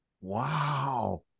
Wow